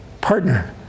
partner